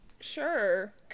Sure